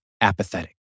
apathetic